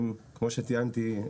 כמו שציינתי,